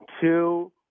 two